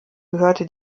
gehörte